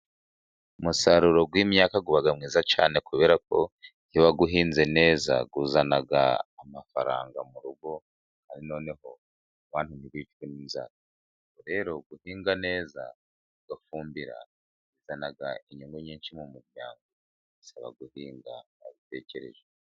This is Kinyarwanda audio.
Umusaruro w'imyaka uba mwiza cyane kubera ko wawuhinze neza uzana amafaranga mu rugo , noneho abantu ntibicwe n'inzara. Rero guhinga neza ugafumbira bizana inyungu nyinshi mu muryango, bisaba guhinga wabitekerejeho.